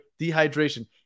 dehydration